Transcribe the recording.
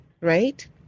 right